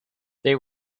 they